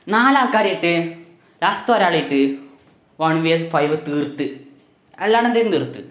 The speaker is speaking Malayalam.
നാലാൾക്കാരിട്ട് ലാസ്റ്റൊരാളിട്ട് വൺ വേ ഫൈവ് തീർത്ത് അല്ലാണ്ടത് നിർത്ത്